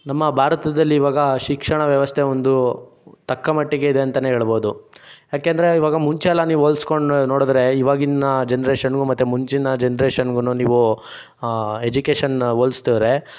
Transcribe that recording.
ನಮ್ಮ ಭಾರತದಲ್ಲಿ ಈವಾಗ ಶಿಕ್ಷಣ ವ್ಯವಸ್ಥೆ ಒಂದು ತಕ್ಕಮಟ್ಟಿಗೆ ಇದೆ ಅಂತಾಲೇ ಹೇಳ್ಬೋದು ಯಾಕೆಂದರೆ ಈವಾಗ ಮುಂಚೆಲ್ಲ ನೀವು ಹೋಲಿಸ್ಕೊಂಡು ನೋಡಿದರೆ ಈವಾಗಿನ ಜನ್ರೇಷನ್ಗೂ ಮತ್ತೆ ಮುಂಚಿನ ಜನ್ರೇಷನ್ಗೂ ನೀವು ಎಜುಕೇಷನ್ನ ಹೋಲ್ಸಿದ್ರೆ